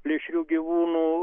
plėšrių gyvūnų